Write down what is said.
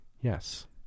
Yes